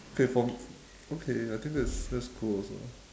okay from okay I think that's that's cool also lah